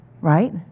right